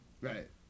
Right